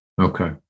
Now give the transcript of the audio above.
Okay